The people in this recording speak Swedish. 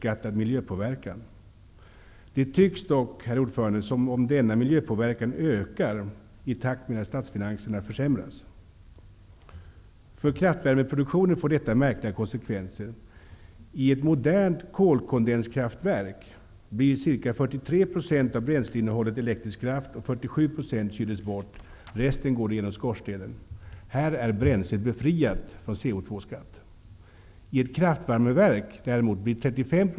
Det tycks dock som om denna miljöpåverkan ökar i takt med att statsfinanserna försämras. För kraftvärmeproduktionen får detta märkliga konsekvenser. I ett modernt kolkondenskraftverk blir ca 43 % av bränsleinnehållet elektrisk kraft, och 47 % kyles bort. Resten går igenom skorstenen. Här är bränslet befriat från CO2-skatt.